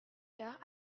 heures